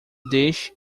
deixe